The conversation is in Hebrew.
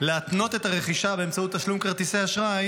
להתנות את הרכישה באמצעות תשלום כרטיסי אשראי